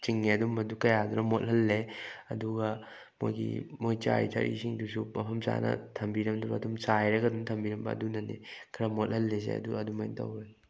ꯆꯤꯡꯉꯦ ꯑꯗꯨꯝꯕꯗꯨ ꯀꯌꯥꯗꯨꯅ ꯃꯣꯠꯍꯜꯂꯦ ꯑꯗꯨꯒ ꯃꯣꯏꯒꯤ ꯃꯣꯏꯒꯤ ꯆꯥꯔꯤ ꯊꯛꯏꯁꯤꯡꯗꯨꯁꯨ ꯃꯐꯝ ꯆꯥꯅ ꯊꯝꯕꯤꯔꯝꯗꯕ ꯑꯗꯨꯝ ꯆꯥꯏꯔꯒ ꯑꯗꯨꯝ ꯊꯝꯕꯤꯔꯝꯕ ꯑꯗꯨꯅꯅꯤ ꯈꯔ ꯃꯣꯠꯍꯜꯂꯤꯁꯦ ꯑꯗꯨ ꯑꯗꯨꯃꯥꯏꯅ ꯇꯧꯑꯦ